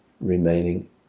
remaining